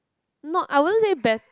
not I won't say bett~